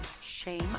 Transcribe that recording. shame